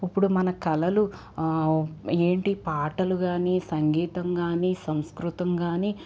ఇప్పుడు మన కళలు ఏంటి పాటలు కాని సంగీతం కాని సంస్కృతం కాని